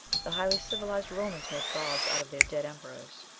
the highly civilized romans made gods out of their dead emperors.